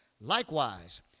Likewise